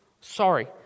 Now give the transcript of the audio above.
Sorry